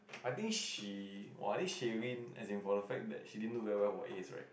I think she !wah! I think she win as in for the fact that she didn't do well well for As right